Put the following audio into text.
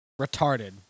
Retarded